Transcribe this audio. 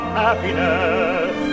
happiness